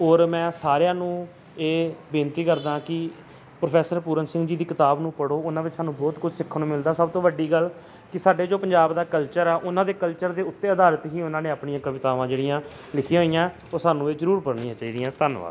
ਔਰ ਮੈਂ ਸਾਰਿਆਂ ਨੂੰ ਇਹ ਬੇਨਤੀ ਕਰਦਾ ਕਿ ਪ੍ਰੋਫੈਸਰ ਪੂਰਨ ਸਿੰਘ ਜੀ ਦੀ ਕਿਤਾਬ ਨੂੰ ਪੜ੍ਹੋ ਉਹਨਾਂ ਵਿੱਚ ਸਾਨੂੰ ਬਹੁਤ ਕੁਝ ਸਿੱਖਣ ਨੂੰ ਮਿਲਦਾ ਸਭ ਤੋਂ ਵੱਡੀ ਗੱਲ ਕਿ ਸਾਡੇ ਜੋ ਪੰਜਾਬ ਦਾ ਕਲਚਰ ਆ ਉਹਨਾਂ ਦੇ ਕਲਚਰ ਦੇ ਉੱਤੇ ਆਧਾਰਿਤ ਹੀ ਉਹਨਾਂ ਨੇ ਆਪਣੀਆਂ ਕਵਿਤਾਵਾਂ ਜਿਹੜੀਆਂ ਲਿਖੀਆਂ ਹੋਈਆਂ ਉਹ ਸਾਨੂੰ ਇਹ ਜ਼ਰੂਰ ਪੜ੍ਹਨੀਆਂ ਚਾਹੀਦੀਆਂ ਧੰਨਵਾਦ